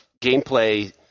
gameplay